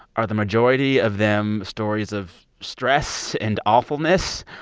are the majority of them stories of stress and awfulness?